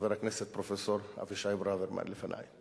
חבר הכנסת פרופסור אבישי ברוורמן לפני.